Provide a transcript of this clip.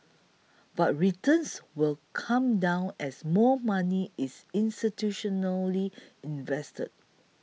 but returns will come down as more money is institutionally invested